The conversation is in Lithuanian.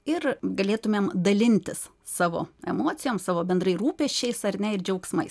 ir galėtumėm dalintis savo emocijom savo bendrai rūpesčiais ar ne ir džiaugsmais